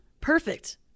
perfect